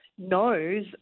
knows